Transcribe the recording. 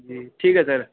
जी ठीक ऐ सर